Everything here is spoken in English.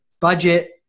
budget